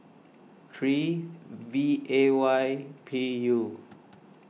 three V A Y P U